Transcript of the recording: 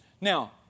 Now